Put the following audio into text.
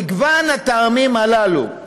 מגוון הטעמים הללו,